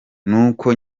nuko